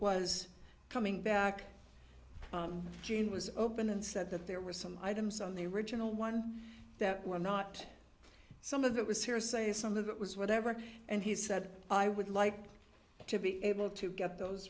was coming back june was open and said that there were some items on the original one that were not some of that was hearsay some of it was whatever and he said i would like to be able to get those